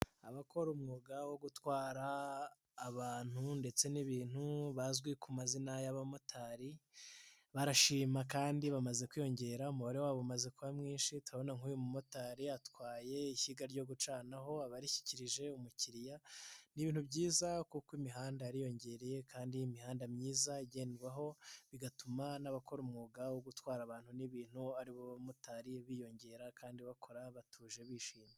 Abakora umwuga wo gutwara abantu ndetse n'ibintu bazwi ku mazina y'abamotari, barashima kandi bamaze kwiyongera umubare wabo umaze kuba mwinshi, turabona nk'uyu mumotari atwaye ishyiga ryo gucanaho aba arishyikirije umukiriya, ni ibintu byiza kuko imihanda yariyongereye kandi imihanda myiza igendwaho bigatuma n'abakora umwuga wo gutwara abantu n'ibintu aribo bamotari biyongera kandi bakora batuje bishimye.